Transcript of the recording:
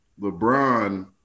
LeBron